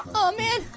oh man,